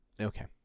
Okay